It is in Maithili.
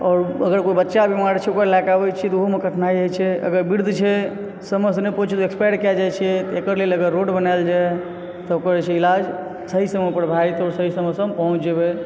आओर अगर कोइ बच्चा बीमार छै ओकरा लए कऽ आबै छियै तऽ ओहू मे कठिनाई होइ छै अगर वृद्ध छै समयसॅं नहि पहुँचबै एक्सपायर कए जाइ छै एकर लेल अगर रोड बनायल जाय तऽ ओकर जे छै इलाज सही समय पर भय जेतै सही समय पर पहुँच जेबै